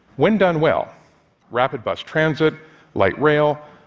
when done well rapid bus transit light rail,